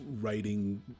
writing